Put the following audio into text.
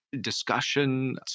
discussion